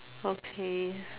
okay